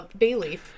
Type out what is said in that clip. Bayleaf